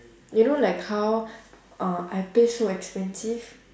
you know like how uh I pay so expensive